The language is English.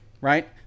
right